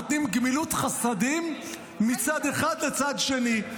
נותנים גמילות חסדים מצד אחד לצד שני.